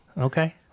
okay